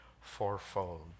fourfold